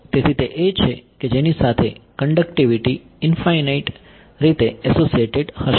તેથી તે એ છે કે જેની સાથે કંડકટીવિટી ઇનફાઇનઇટ રીતે એસોસીએટેડ હશે